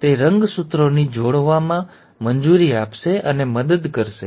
તે રંગસૂત્રોને જોડવાની મંજૂરી આપશે અને મદદ કરશે